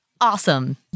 awesome